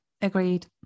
Agreed